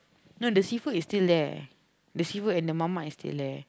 no the seafood is still there the seafood and the mamak is still there